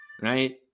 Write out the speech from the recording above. Right